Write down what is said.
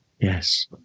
yes